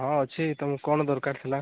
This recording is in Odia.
ହଁ ଅଛି ତୁମକୁ କ'ଣ ଦରକାର ଥିଲା